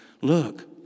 Look